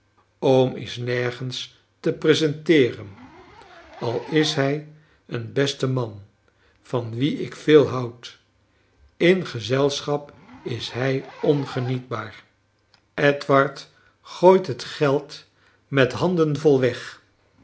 is liergens te presenteeren al is hij een beste man van wien ik veel houd in gezelschap is hij ongenietbaar edward gooit het geld met handen vol weg